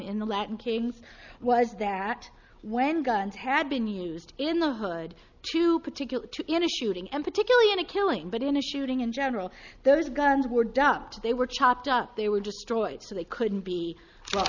in the latin kings was that when guns had been used in the hood to particular in a shooting and particularly in a killing but in a shooting in general those guns were dumped they were chopped up they were destroyed so they couldn't be